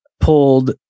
pulled